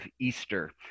Easter